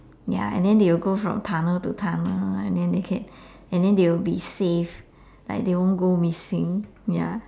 ya and then they will go from tunnel to tunnel and then they can and then they will be safe like they won't go missing ya